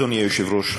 אדוני היושב-ראש,